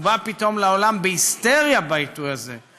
הוא בא פתאום לעולם בהיסטריה בעיתוי הזה.